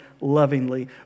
lovingly